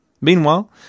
Meanwhile